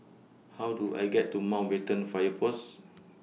How Do I get to Mountbatten Fire Pose